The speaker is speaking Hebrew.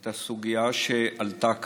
את הסוגיה שעלתה כאן,